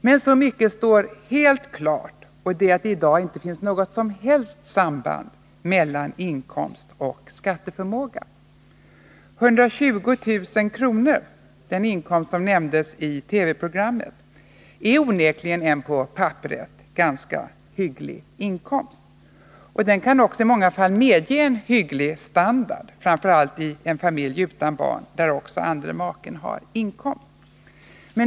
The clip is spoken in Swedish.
Men så mycket står helt klart att det i dag inte finns något som helst samband mellan inkomst och skatteförmåga. 120 000 kr. — den inkomst som nämndes i TV-programmet — är onekligen en på papperet ganska hygglig inkomst. Den kan också i många fall medge en hygglig standard, framför allt i en familj utan barn där också andre maken har inkomst.